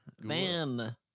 Man